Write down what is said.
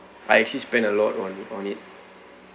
I actually spent a lot on on it